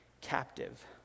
captive